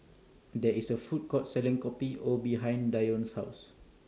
There IS A Food Court Selling Kopi O behind Dione's House